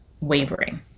wavering